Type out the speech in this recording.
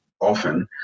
often